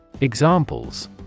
Examples